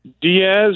Diaz